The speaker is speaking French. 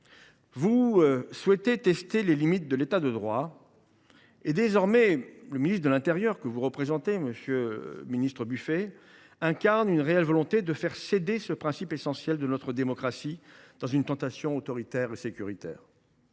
vous souhaitez tester les limites de l’État de droit. Désormais, le ministre de l’intérieur que vous représentez à ce banc, monsieur Buffet, incarne une réelle volonté de faire céder ce principe essentiel de notre démocratie, dans une tentation autoritaire et sécuritaire.